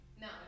No